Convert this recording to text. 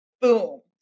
boom